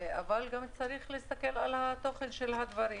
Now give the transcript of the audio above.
אבל צריך גם להסתכל על התוכן של הדברים